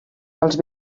els